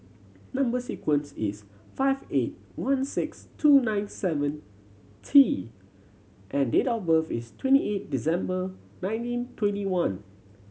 number sequence is five eight one six two nine seven T and date of birth is twenty eight December nineteen twenty one